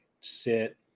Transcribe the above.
sit